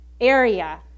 area